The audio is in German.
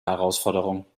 herausforderung